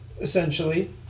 essentially